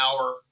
hour